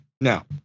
now